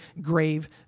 grave